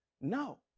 No